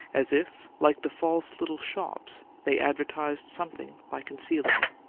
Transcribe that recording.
as if, like the false little shops, they advertised something by concealing it.